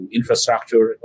infrastructure